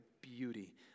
beauty